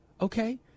Okay